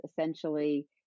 essentially